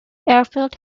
airfield